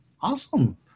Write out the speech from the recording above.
Awesome